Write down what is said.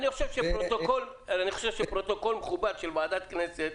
אני חושב שפרוטוקול מכובד של ועדת כנסת,